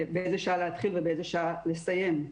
באיזו שעה להתחיל ובאיזו שעה לסיים.